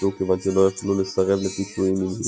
חוסלו כיוון שלא יכלו לסרב לפיתויים מיניים.